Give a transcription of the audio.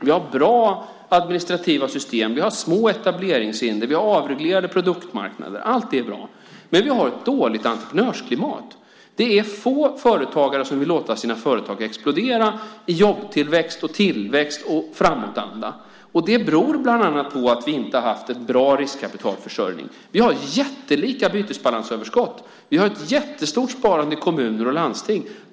Vi har bra administrativa system. Vi har små etableringshinder. Vi har avreglerade produktmarknader. Allt det är bra. Men vi har ett dåligt entreprenörsklimat. Det är få företagare som vill låta sina företag explodera i jobbtillväxt, tillväxt och framåtanda. Det beror bland annat på att vi inte har haft en bra riskkapitalförsörjning. Vi har jättelika bytesbalansöverskott. Vi har ett jättestort sparande i kommuner och landsting.